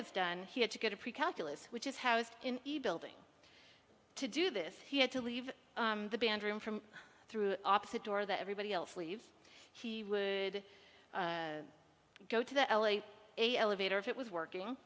was done he had to go to pre calculus which is housed in the building to do this he had to leave the band room from through opposite door that everybody else leaves he would go to the l a elevator if it was working